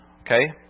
Okay